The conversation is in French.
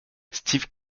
steve